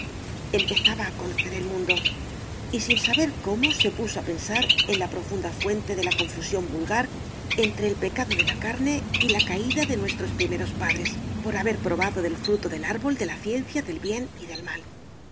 empezaba a conocer el mundo y sin saber cómo se puso a pensar en la profunda fuente de la confusión vulgar entre el pecado de la carne y la caída de nuestros primeros padres por haber probado del fruto del árbol de la ciencia del bien y del mal